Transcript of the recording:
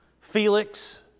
Felix